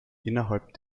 innerhalb